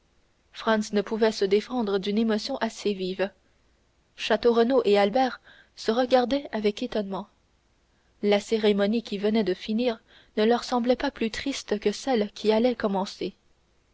ne pouvait se défendre d'une émotion assez vive château renaud et albert se regardaient avec étonnement la cérémonie qui venait de finir ne leur semblait pas plus triste que celle qui allait commencer